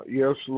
yes